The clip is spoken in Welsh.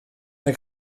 mae